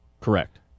Correct